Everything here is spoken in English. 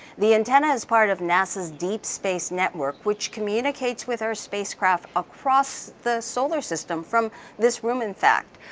the antenna is part of nasa's deep space network, which communicates with our space craft across the solar system, from this room in fact.